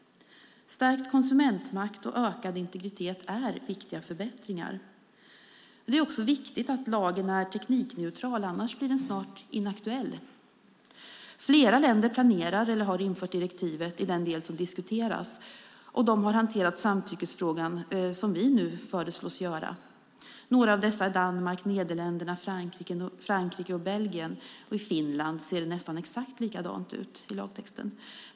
Stärkt konsumentmakt och ökad integritet är viktiga förbättringar. Men det är också viktigt att lagen är teknikneutral; annars blir den snart inaktuell. Flera länder planerar att införa eller har infört direktivet i den del som diskuteras. De har hanterat samtyckesfrågan såsom vi nu föreslås göra. Några av dessa är Danmark, Nederländerna, Frankrike och Belgien. I Finland ser det nästan exakt likadant ut i lagtexten.